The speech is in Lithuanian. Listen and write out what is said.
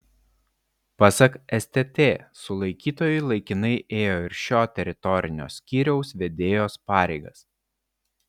pasak stt sulaikytoji laikinai ėjo ir šio teritorinio skyriaus vedėjos pareigas